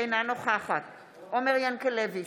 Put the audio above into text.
אינה נוכחת עומר ינקלביץ'